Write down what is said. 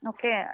Okay